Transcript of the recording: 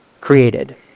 created